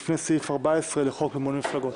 לפי סעיף 14 לחוק מימון מפלגות.